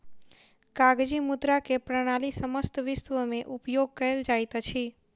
कागजी मुद्रा के प्रणाली समस्त विश्व में उपयोग कयल जाइत अछि